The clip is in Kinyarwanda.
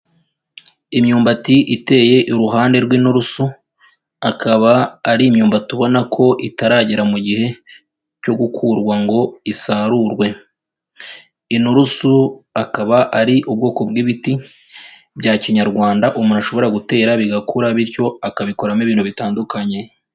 Imyumbati iteye iruhande rw'inturusu, akaba ari imyumbati ubona ko itaragera mu gihe cyo gukurwa ngo isarurwe, inturusu akaba ari ubwoko bw'ibiti bya kinyarwanda umuntu ashobora gutera bigakura bityo akabikoramo ibintu bitandukanye.